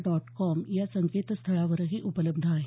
dot com या संकेतस्थळावरही उपलब्ध आहे